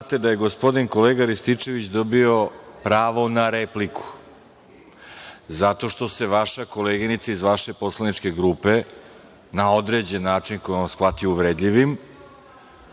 znate da je gospodin, kolega Rističević dobio pravo na repliku zato što se vaša koleginica, iz vaše poslaničke grupe na određen način, koji je on shvatio uvredljivim